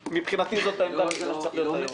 מבחינתי זו העמדה וזה מה שצריך להיות היום.